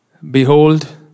Behold